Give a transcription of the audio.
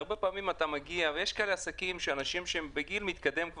הרבה פעמים יש עסקים של אנשים שהם בגיל מתקדם,